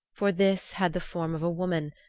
for this had the form of a woman,